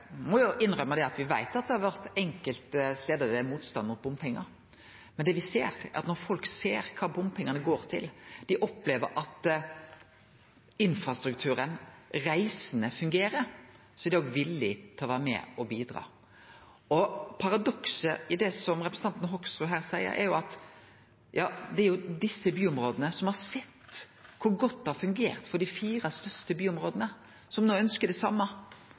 må innrømme at me veit at det enkelte stader er motstand mot bompengar. Men det me ser, er at når folk ser kva bompengane går til og opplever at infrastrukturen, reisene, fungerer, er dei villige til å vere med og bidra. Paradokset i det representanten Hoksrud her seier, er jo at det er dei byområda som har sett kor godt det har fungert for dei fire største byområda, som no ønskjer det same.